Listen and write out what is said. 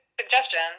suggestion